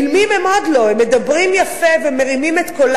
אילמים הם עוד לא, הם מדברים יפה ומרימים את קולם.